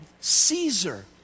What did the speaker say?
Caesar